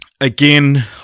again